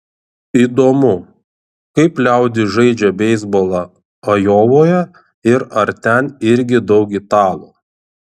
įdomu kaip liaudis žaidžia beisbolą ajovoje ir ar ten irgi daug italų